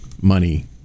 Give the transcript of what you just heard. money